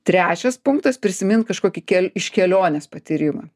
trečias punktas prisimint kažkokį ke iš kelionės patyrimą